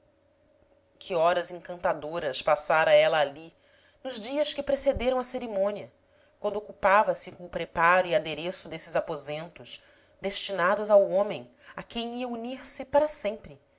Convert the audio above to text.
que horas encantadoras passara ela ali nos dias que precederam a cerimônia quando ocupava se com o preparo e adereço desses aposentos destinados ao homem a quem ia unir-se para sempre